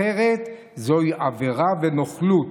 אחרת, זוהי עבירה ונוכלות,